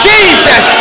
Jesus